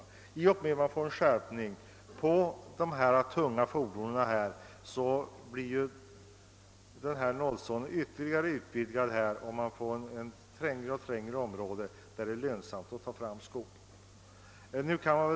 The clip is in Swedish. Blir det nu en skatteskärpning för de tyngre fordonen utvidgas nollzonen ytterligare och det område där det är lönsamt att avverka skog blir allt mindre.